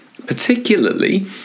Particularly